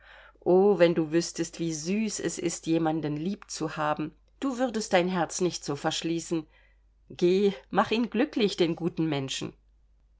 o wenn du wüßtest wie süß es ist jemanden lieb zu haben du würdest dein herz nicht so verschließen geh mach ihn glücklich den guten menschen